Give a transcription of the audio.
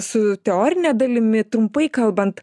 su teorine dalimi trumpai kalbant